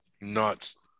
Nuts